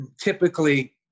typically